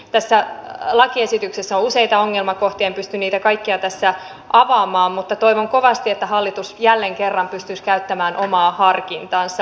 tässä lakiesityksessä on useita ongelmakohtia en pysty niitä kaikkia tässä avaamaan mutta toivon kovasti että hallitus jälleen kerran pystyisi käyttämään omaa harkintaansa